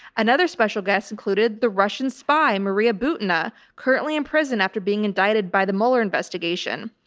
and other special guests included the russian spy, maria butina, currently in prison, after being indicted by the mueller investigation.